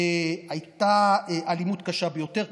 הייתה אלימות קשה ביותר,